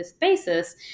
basis